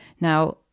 Now